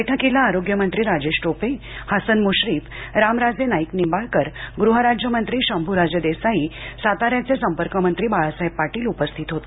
बैठकीला आरोग्य मंत्री राजेश टोपे हसन मुश्रीफ रामराजे नाईक निंबाळकर गृहराज्य मंत्री शंभुराज देसाई साताऱ्याचे संपर्कमंत्री बाळासाहेब पाटील उपस्थित होते